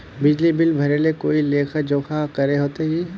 बिजली बिल भरे ले कोई लेखा जोखा करे होते की?